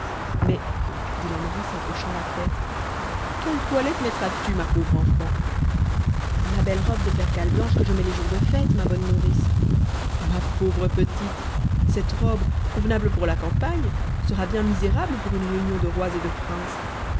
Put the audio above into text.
mais dit la nourrice en hochant la tête quelle toilette mettras tu ma pauvre enfant ma belle robe de percale blanche que je mets les jours de fête ma bonne nourrice ma pauvre petite cette robe convenable pour la campagne sera bien misérable pour une réunion de rois et de princes